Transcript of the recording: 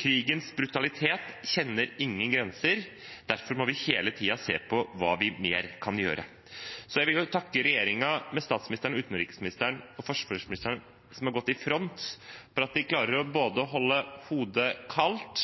Krigens brutalitet kjenner ingen grenser, derfor må vi hele tiden se på hva mer vi kan gjøre. Så jeg vil takke regjeringen – ved statsministeren, utenriksministeren og forsvarsministeren, som har gått i front – for at de klarer å holde både hodet kaldt